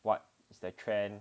what is the trend